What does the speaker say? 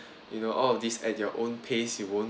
you know all of these at your own pace you won't